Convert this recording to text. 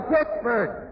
Pittsburgh